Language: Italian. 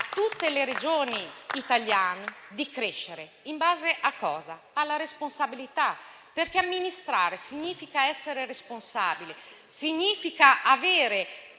tutte le Regioni italiane di crescere in base alla responsabilità, perché amministrare significa essere responsabili, significa avere